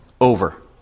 Over